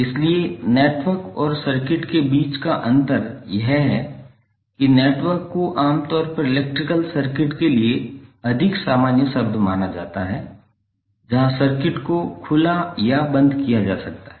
इसलिए नेटवर्क और सर्किट के बीच का अंतर यह है कि नेटवर्क को आमतौर पर इलेक्ट्रिकल सर्किट के लिए अधिक सामान्य शब्द माना जाता है जहां सर्किट को खुला या बंद किया जा सकता है